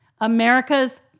America's